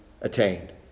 attained